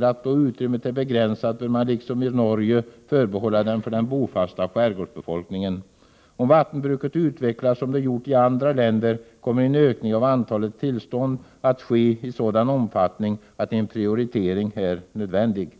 vattenbruket är begränsat anser vi reservanter att man liksom i Norge bör förbehålla det för den bofasta skärgårdsbefolkningen. Om vattenbruket utvecklas som det gjort i andra länder, kommer en ökning av antalet tillstånd att ske i sådan omfattning att en prioritering måste göras.